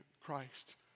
Christ